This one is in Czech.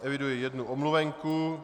Eviduji jednu omluvenku.